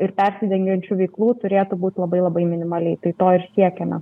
ir persidengiančių veiklų turėtų būt labai labai minimaliai tai to ir siekiame